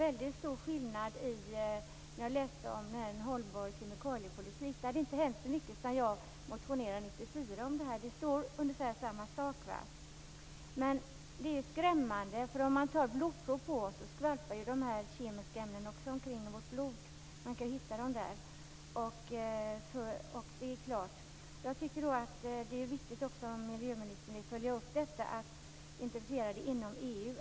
När jag läste utredningen En hållbar kemikaliepolitik tyckte jag inte att det hade hänt så mycket sedan jag motionerade om detta år 1994. Det står ungefär samma sak. Men det här är skrämmande. Om man tar blodprov på oss ser man att de här kemiska ämnena skvalpar omkring i vårt blod. Man kan hitta dem även där. Jag tycker att det är viktigt att miljöministern följer upp med att trycka på inom EU.